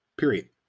period